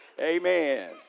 Amen